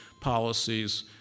policies